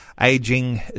aging